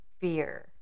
fear